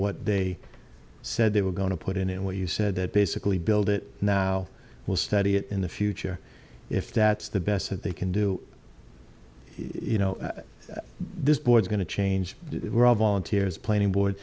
what they said they were going to put in and what you said that basically build it now will study it in the future if that's the best that they can do you know this board's going to change we're all volunteers planning board